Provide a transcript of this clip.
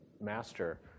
master